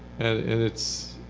and it's